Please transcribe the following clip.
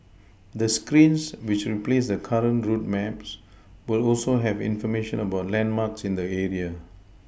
the screens which replace the current route maps will also have information about landmarks in the area